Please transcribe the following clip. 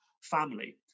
family